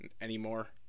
anymore